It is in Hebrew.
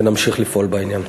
ונמשיך לפעול בעניין.